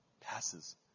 passes